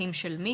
פקחים של מי,